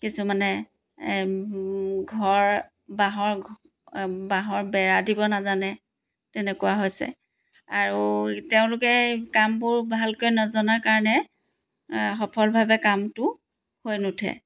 কিছুমানে ঘৰ বাঁহৰ বাঁহৰ বেৰা দিব নাজানে তেনেকুৱা হৈছে আৰু তেওঁলোকে কামবোৰ ভালকৈ নজনাৰ কাৰণে সফলভাৱে কামটো হৈ নুঠে